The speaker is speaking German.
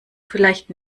vielleicht